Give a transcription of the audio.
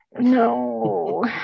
No